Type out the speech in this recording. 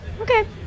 Okay